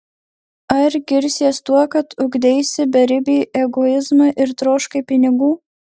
ar girsies tuo kad ugdeisi beribį egoizmą ir troškai pinigų